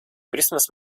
пристально